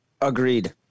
agreed